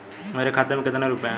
मेरे खाते में कितने रुपये हैं?